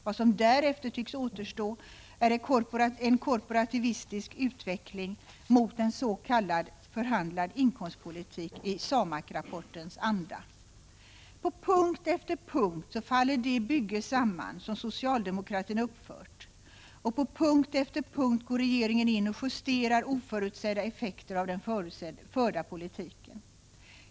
Vad som därefter tycks återstå är en korporativistisk utveckling mot en s.k. förhandlad inkomstpolitik i SAMAK-rapportens anda. På punkt efter punkt faller det bygge samman som socialdemokratin uppfört, och på punkt efter punkt går regeringen in och justerar oförutsedda effekter av den förda politiken.